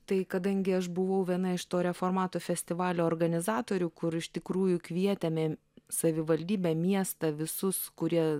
tai kadangi aš buvau viena iš to reformatų festivalio organizatorių kur iš tikrųjų kvietėme savivaldybę miestą visus kurie